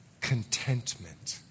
contentment